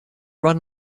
run